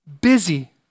Busy